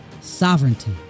sovereignty